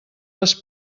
les